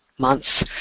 months,